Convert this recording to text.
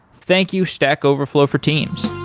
thank you stack overflow for teams